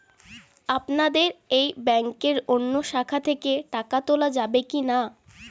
আপনাদের এই ব্যাংকের অন্য শাখা থেকে টাকা তোলা যাবে কি না?